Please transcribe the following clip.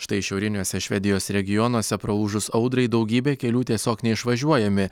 štai šiauriniuose švedijos regionuose praūžus audrai daugybė kelių tiesiog neišvažiuojami